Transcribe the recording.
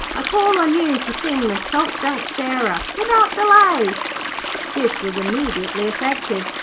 i call on you to sing the salt junk sarah without delay this was immediately effective,